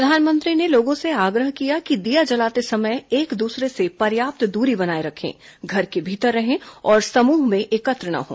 प्रधानमंत्री ने लोगों से आग्रह किया कि दीया जलाते समय एक दूसरे से पर्याप्त दूरी बनाए रखें घर के भीतर रहें और समूह में एकत्र न हों